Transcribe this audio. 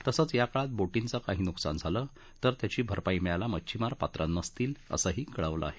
तसंच या काळात बोटींचं काही नुकसान झालं तर त्याची भरपाई मिळायला मच्छिमार पात्र नसतील असेही कळवलं आहे